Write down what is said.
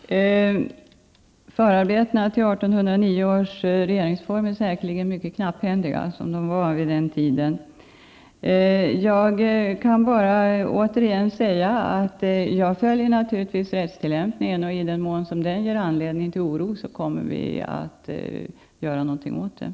Herr talman! Förarbetena till 1809 års regeringsform är säkerligen mycket knapphändiga, som förarbetena var vid den tiden. Jag kan bara återigen säga att jag följer naturligtvis rättstillämpningen, och i den mån som den ger anledning till oro kommer vi att göra någonting åt saken.